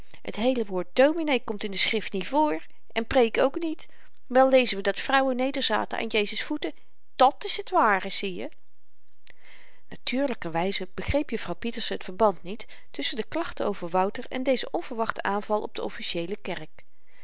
t heele woord dominee komt in de schrift niet voor en preek ook niet wel lezen we dat de vrouwen nederzaten aan jezus voeten dàt s t ware zieje natuurlykerwyze begreep juffrouw pieterse t verband niet tusschen de klachten over wouter en dezen onverwachten aanval op de officieele kerk